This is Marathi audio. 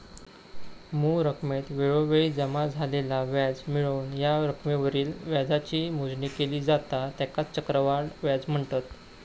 मूळ रकमेत वेळोवेळी जमा झालेला व्याज मिळवून या रकमेवरील व्याजाची मोजणी केली जाता त्येकाच चक्रवाढ व्याज म्हनतत